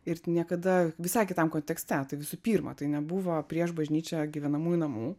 ir niekada visai kitam kontekste tai visų pirma tai nebuvo prieš bažnyčią gyvenamųjų namų